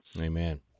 Amen